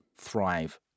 thrive